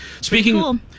Speaking